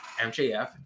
MJF